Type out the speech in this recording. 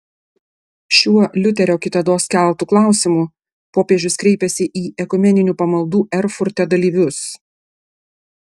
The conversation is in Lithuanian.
šiuo liuterio kitados keltu klausimu popiežius kreipėsi į ekumeninių pamaldų erfurte dalyvius